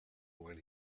when